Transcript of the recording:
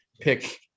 pick